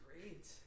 great